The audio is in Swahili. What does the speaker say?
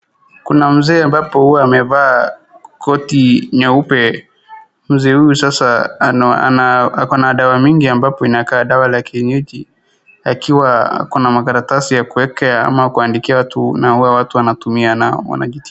Kuna mzee ambapo huwa amevaa koti nyeupe. Mzee huyu sasa akona dawa mingi ambapo inakaa dawa la kienyeji akiwa akona makaratasi ya kuekea ama kuandikia watu na huwa watu wanatumia nayo wanajitibu.